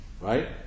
Right